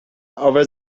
over